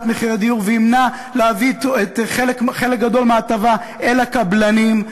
מחירי דיור וימנע מלהביא אתו חלק גדול מההטבה אל הקבלנים.